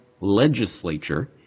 legislature